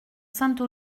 sainte